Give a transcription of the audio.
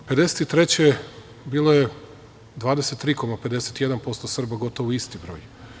Godine 1953. bilo je 23,51% Srba, gotovo isti broj.